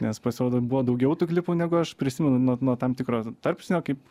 nes pasirodo buvo daugiau tų klipų negu aš prisimenu nuo nuo tam tikro tarpsnio kaip